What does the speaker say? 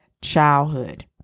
childhood